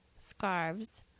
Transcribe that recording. scarves